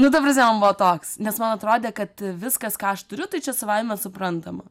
nu ta prasme man buvo toks nes man atrodė kad viskas ką aš turiu tai čia savaime suprantama